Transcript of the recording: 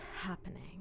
happening